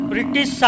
British